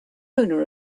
owner